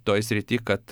toj srity kad